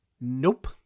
Nope